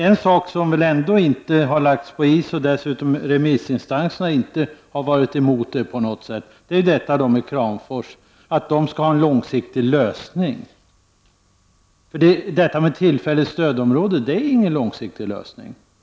En sak som inte har lagts på is och som remissinstanserna inte på något sätt var emot är att problemen i Kramfors måste få en lösning på lång sikt. Att inordna Kramfors under tillfälligt stödområde är ingen långsiktig lösning.